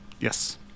Yes